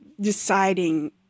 deciding